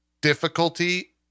difficulty